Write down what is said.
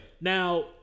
Now